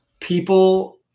people